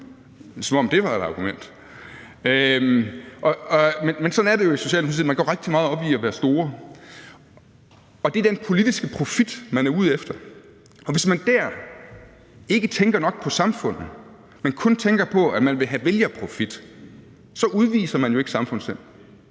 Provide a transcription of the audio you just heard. Som om det var et argument. Men sådan er det jo i Socialdemokratiet. Man går rigtig meget op i at være stor, og det er den politiske profit, man er ude efter. Og hvis man der ikke tænker nok på samfundet, men kun tænker på, at man vil have vælgerprofit, så udviser man ikke samfundssind.